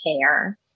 care